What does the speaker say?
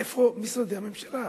איפה משרדי הממשלה?